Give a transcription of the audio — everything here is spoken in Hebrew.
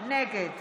נגד